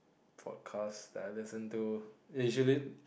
podcast that I listen to